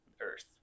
earth